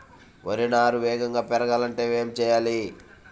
వరి నారు వేగంగా పెరగాలంటే ఏమి చెయ్యాలి?